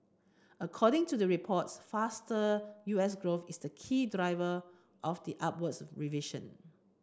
according to the report faster U S growth is the key driver of the upwards revision